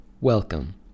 Welcome